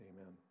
Amen